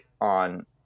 on